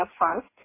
first